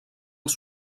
els